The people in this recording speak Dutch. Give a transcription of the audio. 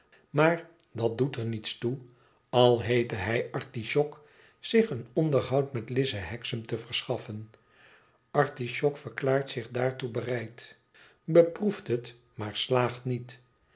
maar dat doet er niets toe al heette hij artisjok zich een onderhoud met lize hexam te verschaffen artisjok verklaart zich daartoe bereid beproeft het maar slaagt niet